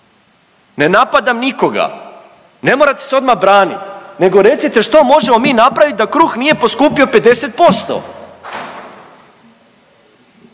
ne napadam nikoga, ne morate se odmah branit nego recite što možemo mi napravit da kruh nije poskupio 50%,